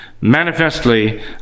manifestly